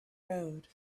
road